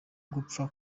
gupfa